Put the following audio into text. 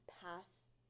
pass